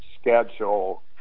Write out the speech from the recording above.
schedule